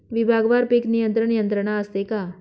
विभागवार पीक नियंत्रण यंत्रणा असते का?